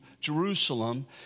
Jerusalem